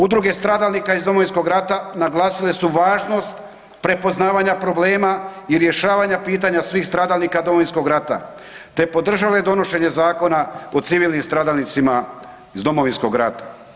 Udruge stradalnika iz Domovinskog rata naglasile su važnost prepoznavanja problema i rješavanja pitanja svih stradalnika Domovinskog rata te podržale donošenje Zakona o civilnim stradalnicima iz Domovinskog rata.